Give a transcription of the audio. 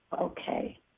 okay